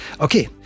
okay